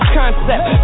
concept